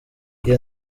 iyo